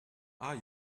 are